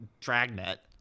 Dragnet